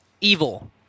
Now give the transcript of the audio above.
evil